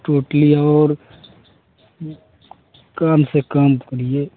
totally और कम से कम करिए